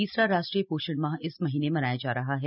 तीसरा राष्ट्रीय पोषण माह इस महीने मनाया जा रहा है